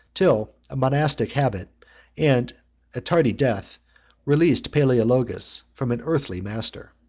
till a monastic habit and a tardy death released palaeologus from an earthly master.